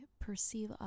perceive